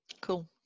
cool